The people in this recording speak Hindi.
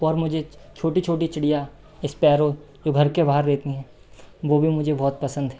और मुझे छोटी छोटी चिड़िया स्पैरो जो घर के बाहर रहती हैं वो भी मुझे बहुत पसंद हैं